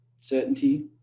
certainty